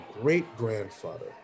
great-grandfather